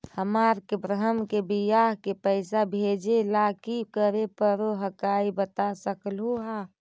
हमार के बह्र के बियाह के पैसा भेजे ला की करे परो हकाई बता सकलुहा?